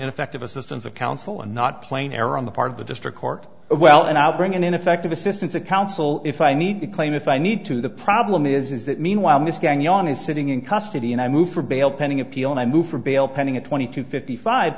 ineffective assistance of counsel and not plain error on the part of the district court well then i'll bring in ineffective assistance of counsel if i need to claim if i need to the problem is that meanwhile miss going on is sitting in custody and i moved her bail pending appeal and i moved from bail pending a twenty to fifty five